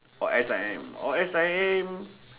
oh S_I_M oh S_I_M